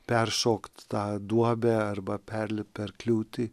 peršokt tą duobę arba perlipt per kliūtį